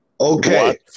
Okay